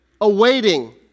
awaiting